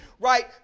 right